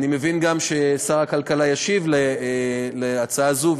אני מבין גם ששר הכלכלה ישיב על ההצעה הזאת,